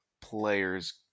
player's